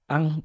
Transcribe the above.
Ang